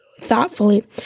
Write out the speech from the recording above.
thoughtfully